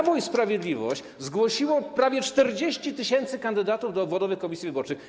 Prawo i Sprawiedliwość zgłosiło prawie 40 tys. kandydatów do obwodowych komisji wyborczych.